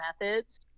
methods